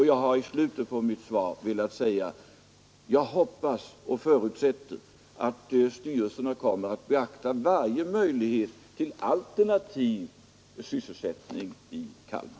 Jag har i slutet på mitt svar velat säga att jag hoppas och förutsätter att styrelserna kommer att beakta varje möjlighet till alternativ sysselsättning i Kalmar,